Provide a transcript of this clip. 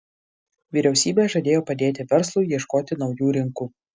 vyriausybė žadėjo padėti verslui ieškoti naujų rinkų